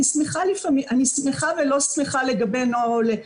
אני שמחה ולא שמחה לגבי הנוער העולה.